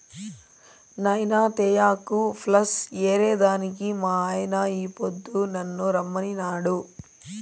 నాయినా తేయాకు ప్లస్ ఏరే దానికి మా యజమాని ఈ పొద్దు నన్ను రమ్మనినాడు